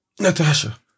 natasha